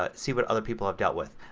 ah see what other people have dealt with.